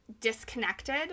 disconnected